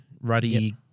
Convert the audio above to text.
ruddy